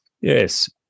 Yes